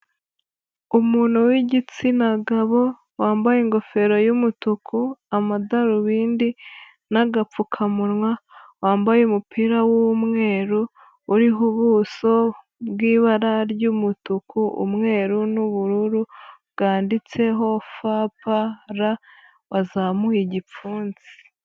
Umuntu w'igitsina gabo wambaye ingofero y'umutuku, amadarubindi n'agapfukamunwa, wambaye umupira w'umweru uriho ubuso bw'ibara ry'umutuku, umweru n'ubururu bwanditseho FPR, wazamuye igipfunsi.